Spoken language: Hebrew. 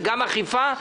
וגם אכיפה,